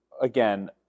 again